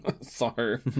Sorry